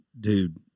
dude